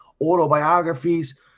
autobiographies